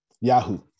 Yahoo